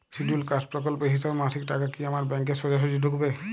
Scheduled caste প্রকল্পের হিসেবে মাসিক টাকা কি আমার ব্যাংকে সোজাসুজি ঢুকবে?